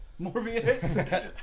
Morbius